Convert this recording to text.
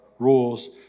rules